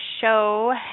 show